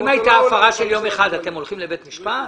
אם הייתה הפרה של יום אחד, אתם הולכים לבית משפט?